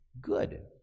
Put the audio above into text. good